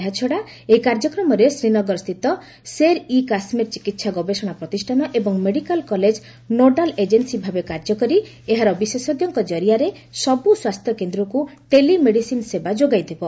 ଏହାଛଡ଼ା ଏହି କାର୍ଯ୍ୟକ୍ରମରେ ଶ୍ରୀନଗରସ୍ଥିତ ଶେର୍ ଇ କାଶ୍ୱୀର୍ ଚିକିହା ଗବେଷଣା ପ୍ରତିଷ୍ଠାନ ଏବଂ ମେଡିକାଲ୍ କଲେଜ୍ ନୋଡାଲ୍ ଏଜେନ୍ସି ଭାବେ କାର୍ଯ୍ୟ କରି ଏହାର ବିଶେଷଜ୍ଞଙ୍କ ଜରିଆରେ ସବୁ ସ୍ୱାସ୍ଥ୍ୟକେନ୍ଦ୍ରକୁ ଟେଲି ମେଡିସିନ୍ ସେବା ଯୋଗାଇ ଦେବ